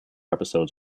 episodes